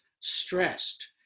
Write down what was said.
stressed